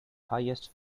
highest